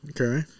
Okay